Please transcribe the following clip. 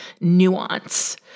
nuance